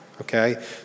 Okay